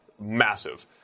massive